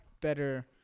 better